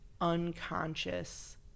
unconscious